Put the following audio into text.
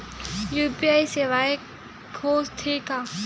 UPI सेवाएं हो थे का?